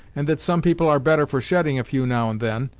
and that some people are better for shedding a few now and then,